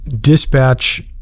dispatch